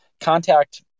contact